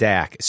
Dak